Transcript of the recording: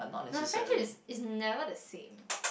no the friendship is is never the same